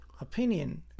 opinion